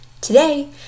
Today